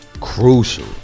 crucial